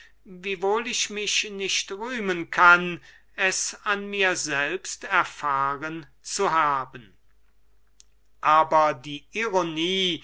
wiewohl ich mich nicht rühmen kann es an mir selbst erfahren zu haben aber die ironie